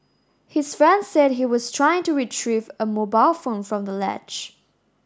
his friend said he was trying to retrieve a mobile phone from the ledge